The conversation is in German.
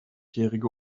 jährige